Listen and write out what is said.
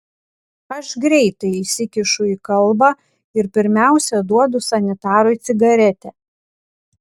aš greitai įsikišu į kalbą ir pirmiausia duodu sanitarui cigaretę